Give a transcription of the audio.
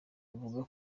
avuga